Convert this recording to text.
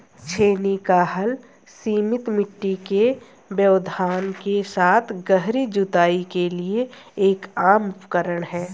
छेनी का हल सीमित मिट्टी के व्यवधान के साथ गहरी जुताई के लिए एक आम उपकरण है